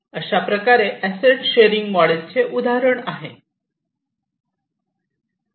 अशाप्रकारे asset sharing मोडेलचे उदाहरण आहे